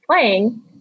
playing